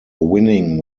winning